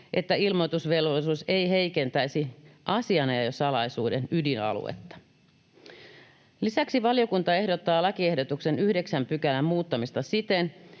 että ilmoitusvelvollisuus ei heikentäisi asianajosalaisuuden ydinaluetta. Lisäksi valiokunta ehdottaa lakiehdotuksen 9 §:n muuttamista siten,